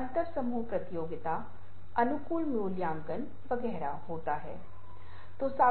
मैं आपको CMU Carnegie Mellon विश्वविद्यालय में किए गए काम से एक और उदाहरण दूंगा